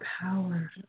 power